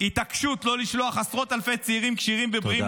התעקשות לא לשלוח עשרות אלפי צעירים כשירים ובריאים